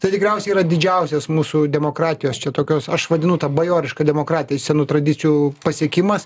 tai tikriausiai yra didžiausias mūsų demokratijos čia tokios aš vadinu tą bajoriška demokratija senų tradicijų pasiekimas